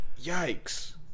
yikes